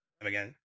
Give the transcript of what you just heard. again